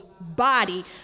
body